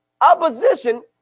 Opposition